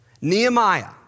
Nehemiah